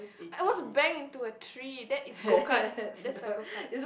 I almost bang into a tree that is go kart that's a go kart